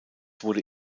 wurde